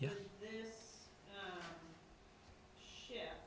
yeah yeah